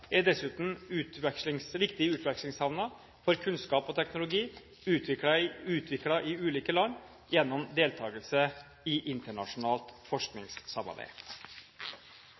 er dessuten viktige utvekslingshavner for kunnskap og teknologi utviklet i ulike land gjennom deltakelse i internasjonalt forskningssamarbeid.